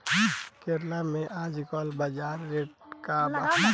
करेला के आजकल बजार रेट का बा?